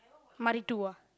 Mari-two ah